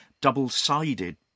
double-sided